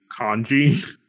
kanji